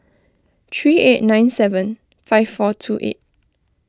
three eight nine seven five four two eight